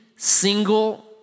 single